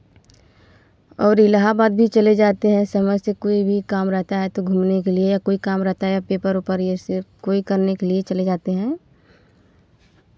और इलाहाबाद भी चले जाते हैं समय से कोई भी काम रहता है तो घूमने के लिए कोई काम रहता है पेपर ऊपर यह सिर्फ़ कोई करने के लिए चले जाते हैं